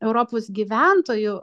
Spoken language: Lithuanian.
europos gyventojų